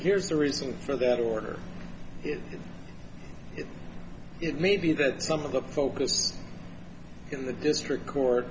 here's the reason for that order it may be that some of the focus in the district court